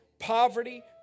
Poverty